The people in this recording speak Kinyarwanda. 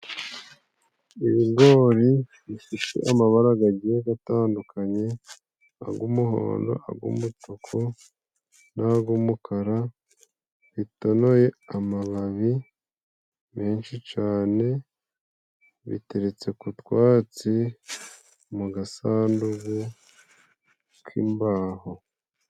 Ibigori bifite amabara gagiye gatandukanye, ag'umuhondo, ag'umutuku n'ag'umukara, bitonoye amababi menshi cane, biteretse ku twatsi, mu gasandukugu k'imbaho.